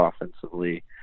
offensively